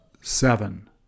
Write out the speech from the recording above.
seven